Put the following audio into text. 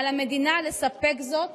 על המדינה לספק זאת